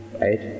right